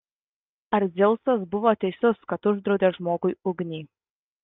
ar dzeusas buvo teisus kad uždraudė žmogui ugnį